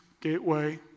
Gateway